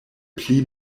pli